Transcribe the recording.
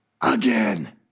again